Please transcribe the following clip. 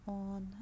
on